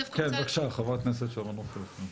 בבקשה, חברת הכנסת שרון רופא אופיר.